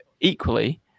equally